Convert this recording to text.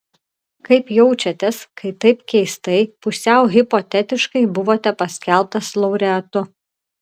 kaip jaučiatės kai taip keistai pusiau hipotetiškai buvote paskelbtas laureatu